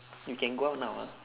we can go out now